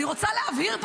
אני רוצה להבהיר פה,